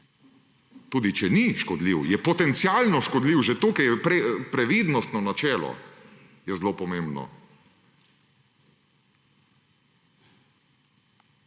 Tudi če ni škodljiv, je potencialno škodljiv, že previdnostno načelo je tukaj zelo pomembno.